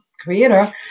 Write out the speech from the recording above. creator